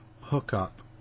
hookup